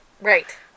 Right